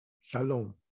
Shalom